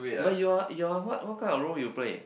but you are you are what what kind of role you play